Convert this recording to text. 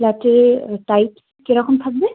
ফ্ল্যাটের টাইপ কে রকম থাকবে